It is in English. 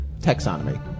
taxonomy